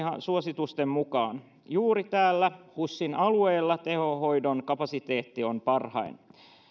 suositusten mukaan juuri täällä husin alueella tehohoidon kapasiteetti on parhain